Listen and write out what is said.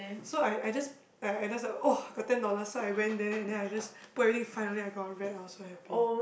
so I I just I just like !wah! got ten dollars so I went there and then I just put everything fine and then I got red I was so happy